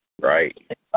Right